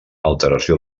alteració